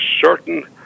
certain